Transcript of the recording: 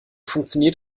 funktioniert